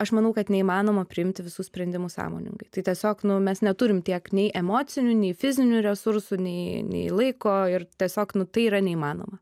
aš manau kad neįmanoma priimti visų sprendimų sąmoningai tai tiesiog nu mes neturim tiek nei emocinių nei fizinių resursų nei nei laiko ir tiesiog nu tai yra neįmanoma